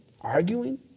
arguing